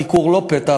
לא ביקור פתע,